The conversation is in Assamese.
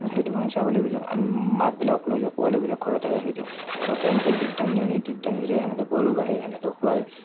সেইটো কাৰণে ছাগলীবিলাক মাকবিলাক লৈ যাওঁ পোৱালীবিলাক ঘৰতে ৰাখি দিওঁ ঘৰতে এনেকৈ দুধদানি আনি দুধদানিৰে সেনেকৈ গৰু গাখীৰ সেনেকৈ খুৱাই